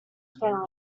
farm